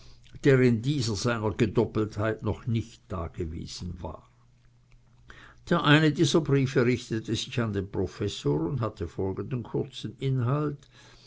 der in dieser seiner gedoppeltheit noch nicht dagewesen war der eine dieser briefe richtete sich an den professor und hatte folgenden kurzen inhalt